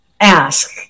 ask